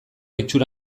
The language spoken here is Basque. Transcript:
itxura